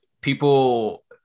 People